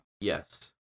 Yes